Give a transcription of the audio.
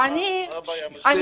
מה הבעיה בזה?